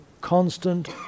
constant